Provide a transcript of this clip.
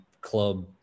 club